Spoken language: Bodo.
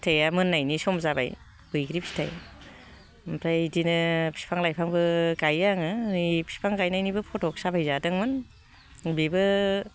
फिथाइआ मोननायनि सम जाबाय बैग्रि फिथाइ ओमफ्राय बिदिनो बिफां लाइफांबो गायो आङो ओइ बिफां गायनायनिबो फथ' साफायजादोंमोन बेबो